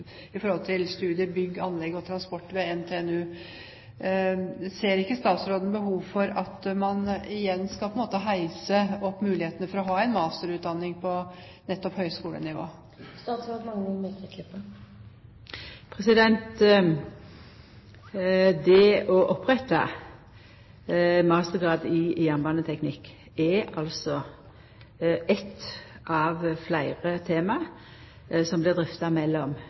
bygg, anlegg og transport ved NTNU. Ser ikke statsråden behov for at man igjen skal på en måte heise opp mulighetene for å ha en masterutdanning på høyskolenivå? Det å oppretta mastergrad i jernbaneteknikk er eit av fleire tema som blir drøfta mellom